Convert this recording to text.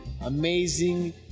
Amazing